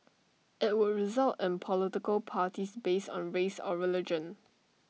IT would result in political parties based on race or religion